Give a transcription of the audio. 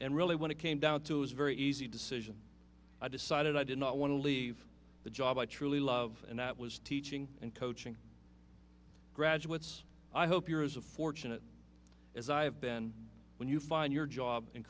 and really when it came down to is very easy decision i decided i did not want to leave the job i truly love and that was teaching and coaching graduates i hope years of fortunate as i have been when you find your job and